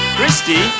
Christy